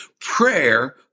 Prayer